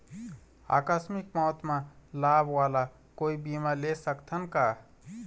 आकस मिक मौत म लाभ वाला कोई बीमा ले सकथन का?